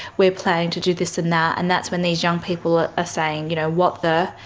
we're planning to do this and that. and that's when these young people are ah saying, you know what the?